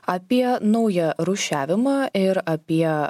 apie naują rūšiavimą ir apie